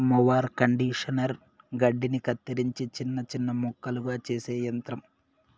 mower conditioner గడ్డిని కత్తిరించి చిన్న చిన్న ముక్కలుగా చేసే యంత్రం